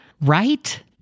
Right